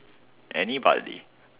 anybody